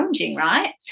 right